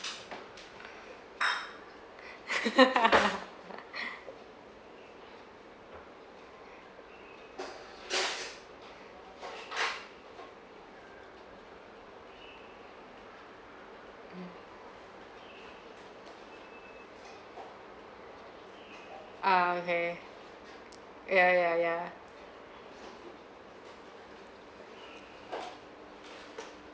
mmhmm ah okay ya ya ya